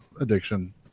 addiction